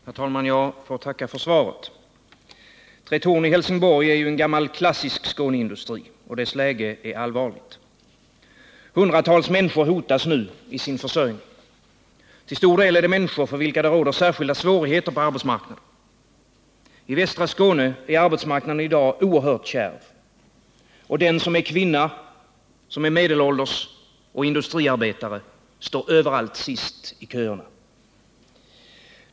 Herr talman! Jag ber att få tacka för svaret. Tretorn i Helsingborg är en gammal klassisk Skåneindustri, och dess läge är allvarligt. Hundratals människor hotas nu i sin försörjning. Till stor del är det människor för vilka det råder särskilda svårigheter på arbetsmarknaden. I västra Skåne är arbetsmarknaden i dag oerhört kärv. Och den som är kvinna, medelålders och industriarbetare står överallt sist i köerna.